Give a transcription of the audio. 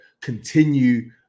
continue